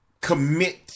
commit